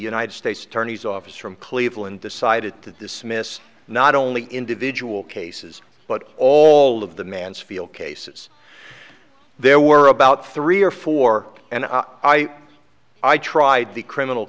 united states attorney's office from cleveland decided to dismiss not only individual cases but all of the mansfield cases there were about three or four and i i i tried the criminal